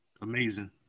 amazing